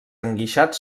enguixat